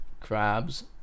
crabs